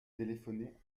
téléphonez